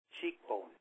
cheekbone